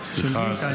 היא של עובדי הכנסת.